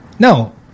No